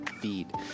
feed